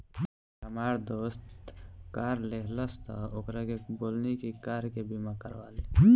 हामार दोस्त कार लेहलस त ओकरा से बोलनी की कार के बीमा करवा ले